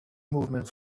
movement